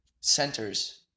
centers